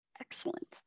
Excellent